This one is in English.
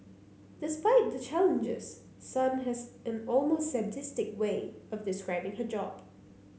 despite the challenges Sun has an almost sadistic way of describing her job